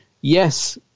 yes